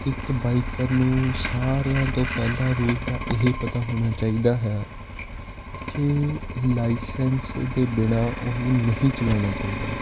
ਇੱਕ ਬਾਈਕਰ ਨੂੰ ਸਾਰਿਆਂ ਤੋਂ ਪਹਿਲਾਂ ਰੂਲ ਤਾਂ ਇਹ ਪਤਾ ਹੋਣਾ ਚਾਹੀਦਾ ਹੈ ਕਿ ਲਾਈਸੈਂਸ ਦੇ ਬਿਨ੍ਹਾਂ ਉਹਨੂੰ ਨਹੀਂ ਚਲਾਉਣਾ ਚਾਹੀਦਾ